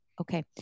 Okay